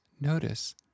Notice